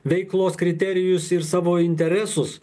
veiklos kriterijus ir savo interesus